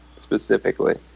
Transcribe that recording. specifically